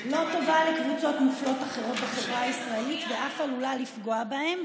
לא טובה לקבוצות מופלות אחרות בחברה הישראלית ואף עלולה לפגוע בהן,